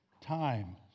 time